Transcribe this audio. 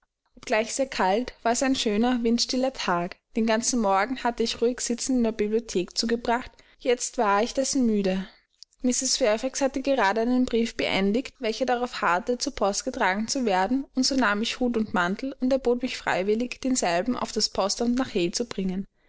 obgleich sehr kalt war es ein schöner windstiller tag den ganzen morgen hatte ich ruhig sitzend in der bibliothek zugebracht jetzt war ich dessen müde mrs fairfax hatte gerade einen brief beendigt welcher darauf harrte zur post getragen zu werden und so nahm ich hut und mantel und erbot mich freiwillig denselben auf das postamt nach hay zu bringen